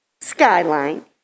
Skyline